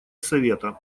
совета